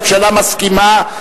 והממשלה מסכימה,